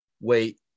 wait